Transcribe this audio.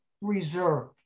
reserve